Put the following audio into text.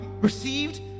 received